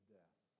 death